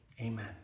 Amen